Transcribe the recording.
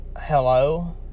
Hello